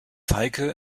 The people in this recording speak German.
heike